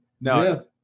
No